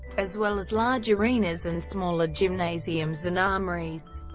as well as large arenas and smaller gymnasiums and armories.